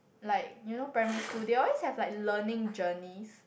like you know primary school they always have like learning journeys